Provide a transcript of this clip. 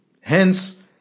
Hence